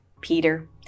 Peter